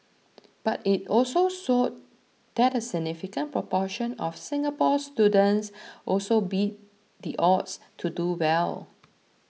but it also showed that a significant proportion of Singapore students also beat the odds to do well